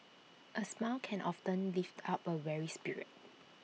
A smile can often lift up A weary spirit